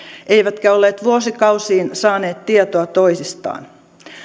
eivätkä olleet vuosikausiin saaneet tietoa toisistaan